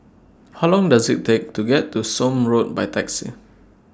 How Long Does IT Take to get to Somme Road By Taxi